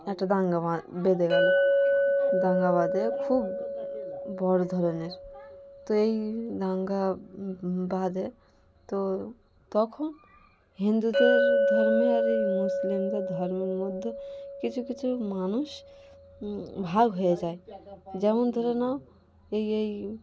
একটা দাঙ্গা বা বেঁধে গেলো দাঙ্গা বাঁধে খুব বড়ো ধরনের তো এই দাঙ্গা বাঁধে তো তখন হিন্দুদের ধর্মে আর এই মুসলিমদের ধর্মের মধ্যে কিছু কিছু মানুষ ভাগ হয়ে যায় যেমন ধরে নাও এই এই